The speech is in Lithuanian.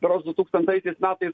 berods du tūkstantaisiais metais